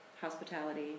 hospitality